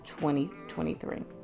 2023